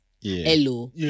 hello